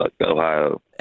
Ohio